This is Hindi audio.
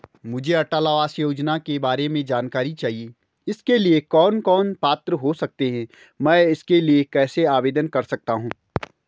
मुझे अटल आवास योजना के बारे में जानकारी चाहिए इसके लिए कौन कौन पात्र हो सकते हैं मैं इसके लिए कैसे आवेदन कर सकता हूँ?